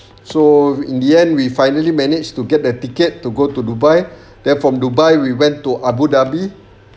so in the end we finally managed to get the ticket to go to dubai then from dubai we went to abu dhabi